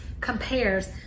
compares